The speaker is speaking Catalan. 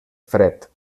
fred